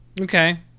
Okay